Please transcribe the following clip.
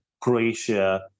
Croatia